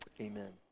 amen